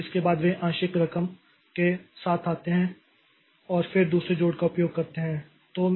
तो इसके बाद वे आंशिक रकम के साथ आते हैं और फिर दूसरे जोड़ का उपयोग करते हैं